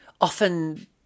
Often